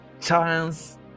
chance